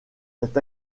est